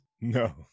No